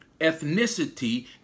ethnicity